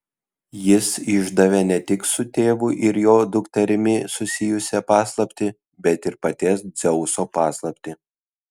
jis išdavė ne tik su tėvu ir jo dukterimi susijusią paslaptį bet paties dzeuso paslaptį